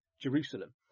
Jerusalem